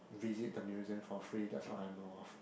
visit the museum for free that's what I know ah